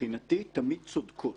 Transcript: מבחינתי תמיד צודקות.